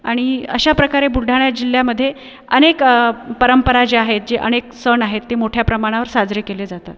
आणि अशाप्रकारे बुलढाणा जिल्ह्यामध्ये अनेक परंपरा ज्या आहेत जे अनेक सण आहेत ते मोठ्या प्रमाणावर साजरे केले जातात